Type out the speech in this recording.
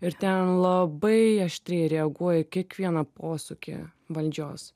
ir ten labai aštriai reaguoja į kiekvieną posūkį valdžios